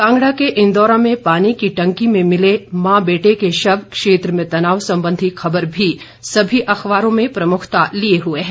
कांगड़ा के इंदौरा में पानी की टंकी में मिले मां बेटे के शव क्षेत्र में तनाव संबंधी खबर भी सभी अखबारों में प्रमुखता लिए हुए है